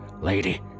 Lady